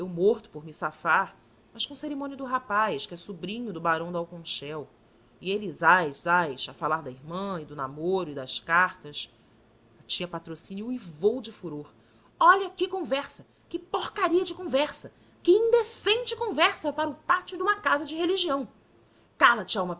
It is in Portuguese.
morto por me safar mas com cerimônia do rapaz que sobrinho do barão de alconchel e ele zás zás a falar da irmã e do namoro e das cartas a tia patrocínio uivou de furor olha que conversa que porcaria de conversa que indecente conversa para o pátio de uma casa de religião cala-te alma